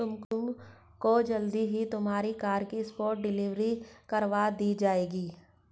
तुमको जल्द ही तुम्हारी कार की स्पॉट डिलीवरी करवा दी जाएगी